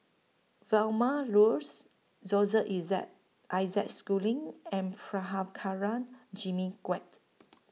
Vilma Laus Isaac Schooling and Prabhakara Jimmy Quek